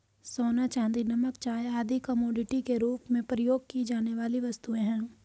सोना, चांदी, नमक, चाय आदि कमोडिटी के रूप में प्रयोग की जाने वाली वस्तुएँ हैं